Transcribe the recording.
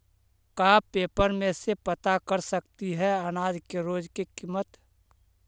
का पेपर में से पता कर सकती है अनाज के रोज के किमत?